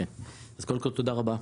קודם כל תודה רבה.